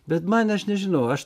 bet man aš nežinau aš